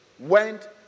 went